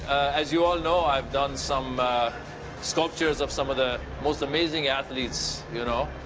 as you all know, i have done some sculptures of some of the most amazing athletes, you know.